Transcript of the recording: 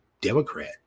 Democrat